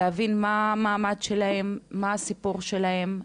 להבין מה המעמד שלהם, מה הסיפור שלהם,